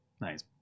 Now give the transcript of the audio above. Nice